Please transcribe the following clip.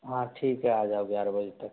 हाँ ठीक है आ जाओ ग्यारह बजे तक